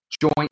Joint